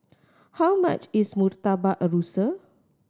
how much is Murtabak Rusa